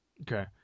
Okay